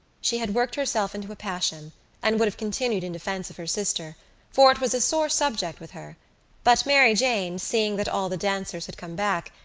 she had worked herself into a passion and would have continued in defence of her sister for it was a sore subject with her but mary jane, seeing that all the dancers had come back,